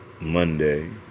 Monday